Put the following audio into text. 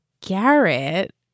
Garrett